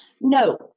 No